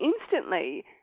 instantly